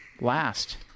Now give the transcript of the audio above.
last